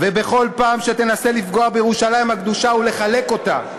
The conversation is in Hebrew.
ובכל פעם שתנסה לפגוע בירושלים הקדושה ולחלק אותה,